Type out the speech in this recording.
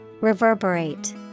Reverberate